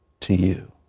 to you.